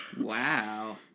Wow